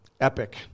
epic